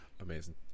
amazing